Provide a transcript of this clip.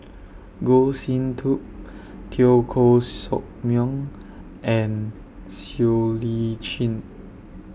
Goh Sin Tub Teo Koh Sock Miang and Siow Lee Chin